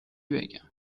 بگم